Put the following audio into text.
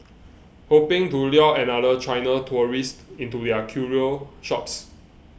hoping to lure another China tourist into their curio shops